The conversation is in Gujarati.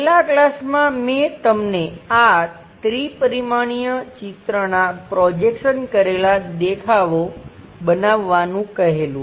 છેલ્લા ક્લાસમાં મેં તમને આ ત્રિ પરિમાણીય ચિત્રનાં પ્રોજેક્શન કરેલાં દેખાવો બનાવવાનું કહેલું